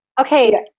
okay